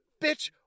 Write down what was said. Bitch